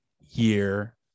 year